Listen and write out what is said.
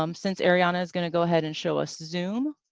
um since arianna is going to go ahead and show us zoom,